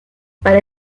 para